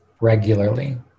regularly